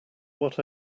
what